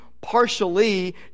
partially